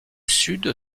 sud